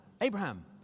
Abraham